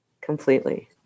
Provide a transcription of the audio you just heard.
completely